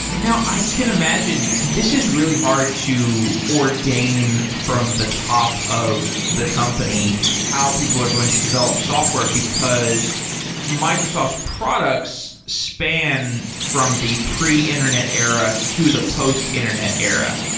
now, i can imagine, this is really hard to ordain from the top of the company how people are going to develop software, because microsoft's products span from the pre-internet era to the post-internet era.